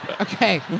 Okay